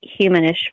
humanish